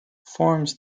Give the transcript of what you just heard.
forms